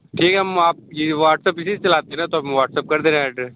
ठीक है हम आप ये व्हाट्सएप इसी से चलाते हैं ना तब हम व्हाट्सएप कर दे रहे हैं एड्रेस